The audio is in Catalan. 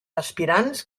aspirants